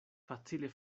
facile